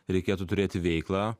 reikėtų turėti veiklą